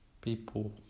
people